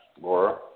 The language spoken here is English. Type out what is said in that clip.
Laura